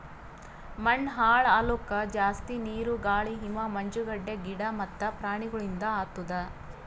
ಮಣ್ಣ ಹಾಳ್ ಆಲುಕ್ ಜಾಸ್ತಿ ನೀರು, ಗಾಳಿ, ಹಿಮ, ಮಂಜುಗಡ್ಡೆ, ಗಿಡ ಮತ್ತ ಪ್ರಾಣಿಗೊಳಿಂದ್ ಆತುದ್